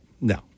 no